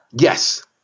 yes